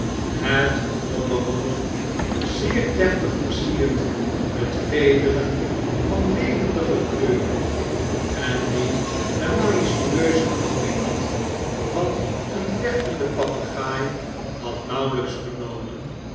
het opperhoofd zeer deftig versierd met vederen van levendige kleuren en die de majestueuse houding had van een vechtenden papegaai had nauwelijks yernomen